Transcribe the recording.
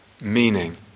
meaning